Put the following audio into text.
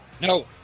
No